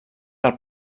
del